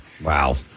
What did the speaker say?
Wow